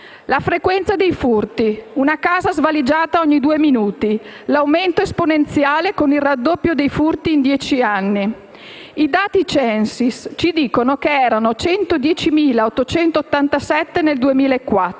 la frequenza dei furti, una casa svaligiata ogni due minuti, l'aumento esponenziale con il raddoppio dei furti in dieci anni. I dati Censis ci dicono che erano 110.887 nel 2004,